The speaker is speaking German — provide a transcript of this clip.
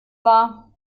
war